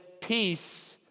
peace